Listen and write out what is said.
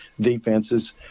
defenses